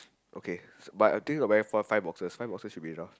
okay but I'm thinking of wearing five five boxers five boxers should be enough